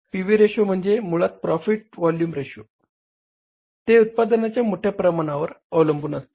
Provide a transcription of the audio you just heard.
P V ratio म्हणजे मुळात profit to volume ratio आहे ते उत्पादनाच्या मोठ्या प्रमाणावर अवलंबून असते